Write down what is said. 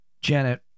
Janet